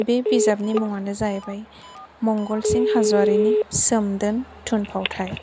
बे बिजाबनि मुङानो जाहैबाय मंगलसिं हाज'वारिनि सोमदोन थुनफावथाइ